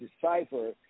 decipher